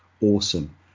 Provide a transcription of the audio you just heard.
awesome